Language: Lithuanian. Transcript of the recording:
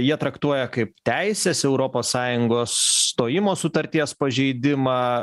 jie traktuoja kaip teises europos sąjungos stojimo sutarties pažeidimą